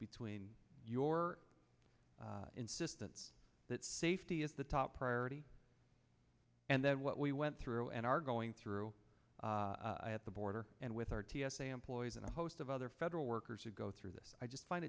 between your insistence that safety is the top priority and that what we went through and are going through at the border and with our t s a employees and a host of other federal workers who go through this i just find